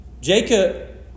Jacob